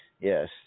Yes